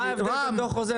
מה ההבדל בין דוח רוזן